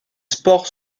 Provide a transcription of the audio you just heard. spores